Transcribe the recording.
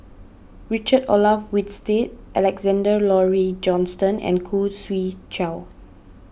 Richard Olaf Winstedt Alexander Laurie Johnston and Khoo Swee Chiow